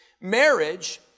Marriage